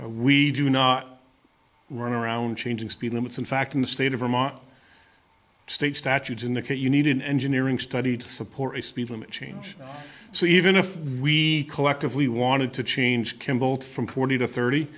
we do not run around changing speed limits in fact in the state of vermont state statutes in the kit you need an engineering study to support a speed limit change so even if we collectively wanted to change kim bolt from forty to thirty